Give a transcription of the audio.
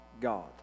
God